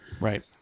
Right